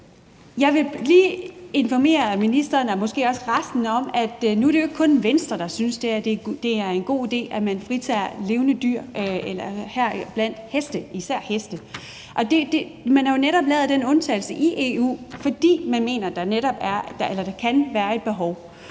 resten af Folketinget om, at det jo ikke kun er Venstre, der synes, at det er en god idé, at man fritager levende dyr, heriblandt heste, især heste. Man har jo netop lavet den undtagelse i EU, fordi man mener, at der kan være et behov